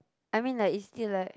I mean like it's still like